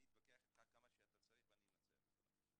אני אתווכח איתך כמה שאתה צריך ואני אנצח אותך.